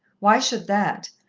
why should that,